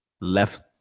left